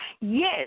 Yes